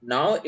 Now